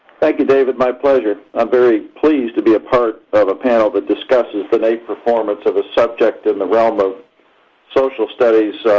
thank you, david, my pleasure. i'm very pleased to be a part of a panel that discusses the naep performance of a subject in the realm of social studies,